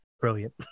Brilliant